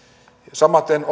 samaten